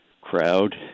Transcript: crowd